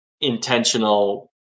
intentional